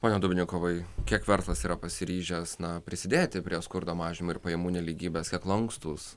pone dubnikovai kiek verslas yra pasiryžęs prisidėti prie skurdo mažinimo ir pajamų nelygybės kiek lankstūs